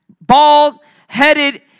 bald-headed